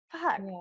Fuck